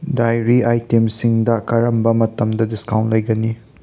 dairy ꯑꯥꯏꯇꯦꯝꯁꯤꯡꯗ ꯀꯔꯝꯕ ꯃꯇꯝꯗ ꯗꯤꯁꯀꯥꯎꯟꯠ ꯂꯩꯒꯅꯤ